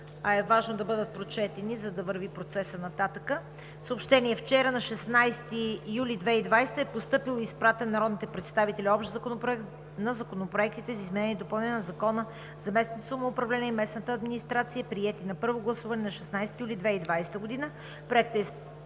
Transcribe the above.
а е важно да бъдат прочетени, за да върви процесът нататък. Съобщения: Вчера, на 16 юли 2020 г., е постъпил и е изпратен на народните представители Общ законопроект за изменение и допълнение на Закона за местното самоуправление и местната администрация на законопроектите, приети на първо гласуване на 16 юли 2020 г.